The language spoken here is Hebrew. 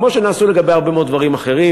כמו שנעשה לגבי הרבה מאוד דברים אחרים.